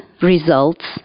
results